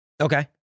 Okay